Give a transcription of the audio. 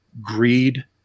greed